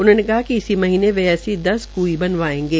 उन्होंने कहा कि इसी महीनें वे ऐसी दस कूई बनवायेंगे